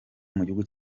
mugihugu